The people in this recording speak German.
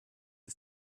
ist